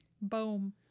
Boom